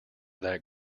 that